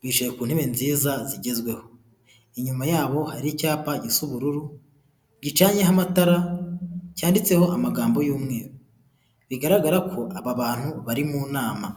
bicaye ku ntebe nziza zigezweho, inyuma y'abo hari icyapa gifiteibara ry'ubururu gicanyeho amatara cyanditseho amagambo y'umweru bigaragara ko aba bantu bari mu nama.